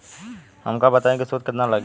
हमका बताई कि सूद केतना लागी?